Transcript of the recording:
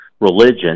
religion